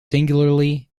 singularly